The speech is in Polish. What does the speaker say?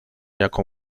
jaką